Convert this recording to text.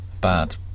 Bad